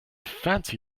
fancy